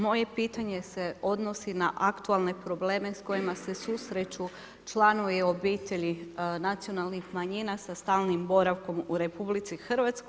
Moje pitanje se odnosi na aktualne probleme s kojima se susreću članovi obitelji nacionalnih manjina sa stalnim boravkom u RH.